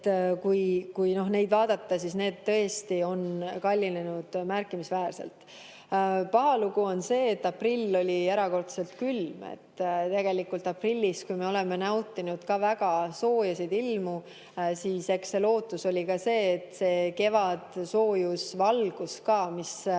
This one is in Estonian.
Kui neid vaadata, siis need tõesti on kallinenud märkimisväärselt. Paha lugu on see, et aprill oli erakordselt külm. Tegelikult aprillis me oleme nautinud ka väga sooje ilmu ja eks lootus oli, et see kevadsoojus ja ‑valgus ka, mis annab